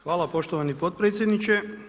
Hvala poštovani potpredsjedniče.